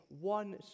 one